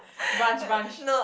brunch brunch